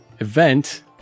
Event